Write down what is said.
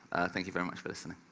thank you very much for listening.